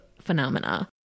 phenomena